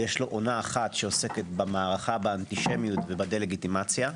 אחת עוסקת במערכה באנטישמיות ובדה לגיטימציה.